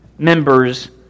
members